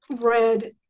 read